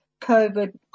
COVID